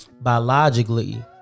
Biologically